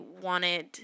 wanted